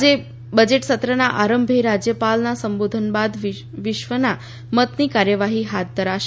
આજે બજેટસત્રના આરંભે રાજ્યપાલના સંબોધન બાદ વિશ્વાસના મતની કાર્યવાહી હાથ ધરાશે